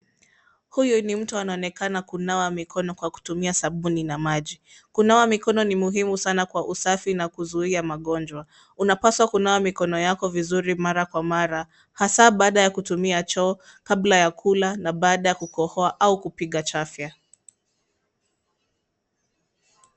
Huyu ni mtu anaonekana kunawa mikono kwa kutumia sabuni na maji. Kunawa mikono ni muhimu sana kwa usafi na kuzuia magonjwa. Unapaswa kunawa mikono yako vizuri mara kwa mara hasa baada yakutumia choo, kabla ya kula na baada ya kukohoa au kupiga chafya.